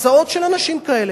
הרצאות של אנשים כאלה.